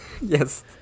yes